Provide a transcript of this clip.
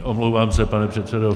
Omlouvám se, pane předsedo.